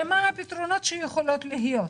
הרי מה הפתרונות שיכולים להיות?